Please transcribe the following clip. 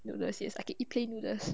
no no say I can eat plain noodles